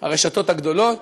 הרשתות הגדולות.